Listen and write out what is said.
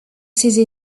ses